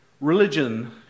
religion